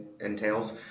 entails